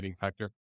factor